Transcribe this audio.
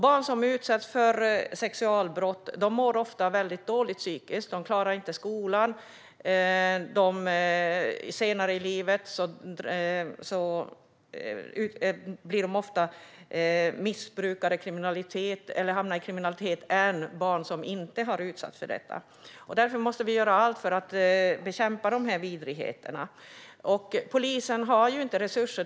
Barn som utsätts för sexualbrott mår ofta väldigt dåligt psykiskt. De klarar inte skolan. Senare i livet kan de bli missbrukare eller hamna i kriminalitet - det händer oftare dessa barn än barn som inte har utsatts för detta. Därför måste vi göra allt för att bekämpa dessa vidrigheter. Polisen har inte resurser.